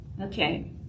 Okay